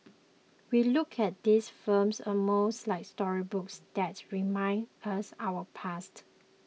we look at these films almost like storybooks that remind us about our past